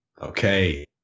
okay